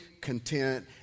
content